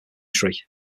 tree